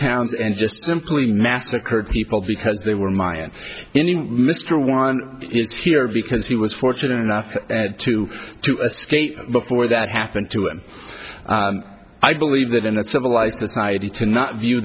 towns and just simply massacred people because they were mayan in mr one year because he was fortunate enough to to escape before that happened to him i believe that in a civilized society to not view